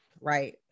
right